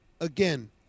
again